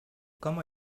comment